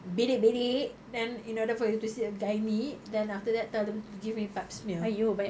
bedek bedek then in order for you to see a gynae then after that tell them to give me pap smear